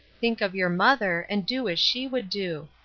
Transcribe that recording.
think of your mother, and do as she would do.